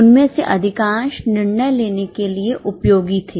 उनमें से अधिकांश निर्णय लेने के लिए उपयोगी थे